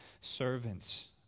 servants